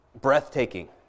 breathtaking